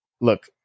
look